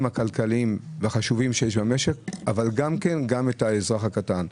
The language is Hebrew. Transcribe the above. הכלכליים החשובים שיש במשק אבל גם את האזרח הקטן.